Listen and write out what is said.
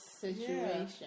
situation